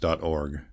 org